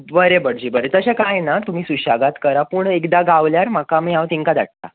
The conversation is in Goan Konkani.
बरे भटजी बरें तशें काय ना तुमी सुशागाद करा तशें कांय ना पूण एकदा गावल्यार म्हाका मागीर हांव तेंका धाडटा